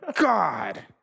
God